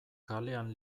kalean